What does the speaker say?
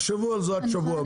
תחשבו על זה עד שבוע הבא.